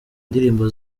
indirimbo